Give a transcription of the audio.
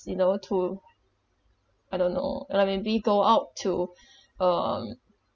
you know to I don't know ah maybe go out to um